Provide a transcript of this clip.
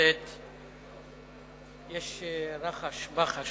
מינהל מקרקעי ישראל (תיקון,